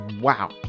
wow